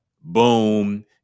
Boom